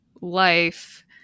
life